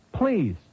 Please